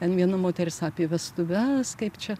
ten viena moteris apie vestuves kaip čia